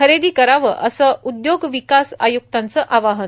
खरेदी करावं असं उद्योग विकास आयुक्तांचं आवाहन